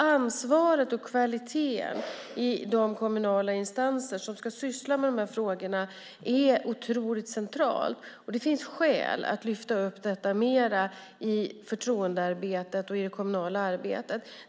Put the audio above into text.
Ansvaret och kvaliteten i de kommunala instanser som ska syssla med de här frågorna är otroligt centrala. Det finns skäl att lyfta upp detta mer i förtroendearbetet och i det kommunala arbetet.